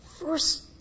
first